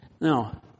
Now